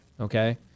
okay